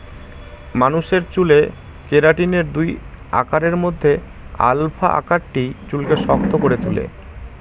মানুষের চুলে কেরাটিনের দুই আকারের মধ্যে আলফা আকারটি চুলকে শক্ত করে তুলে